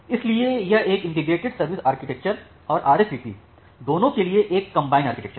इसलिए यह एक इंटीग्रेटेड सर्विस आर्किटेक्चर और आरएसवीपी दोनो के लिए एक कंबाइन आर्किटेक्चर है